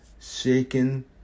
shaken